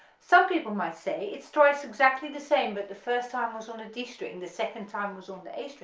some people might say it's twice exactly the same but the first time was on a d string the second time was on the a string,